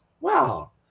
Wow